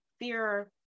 fear